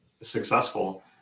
successful